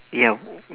ya